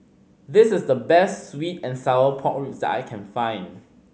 this is the best sweet and sour pork ribs that I can find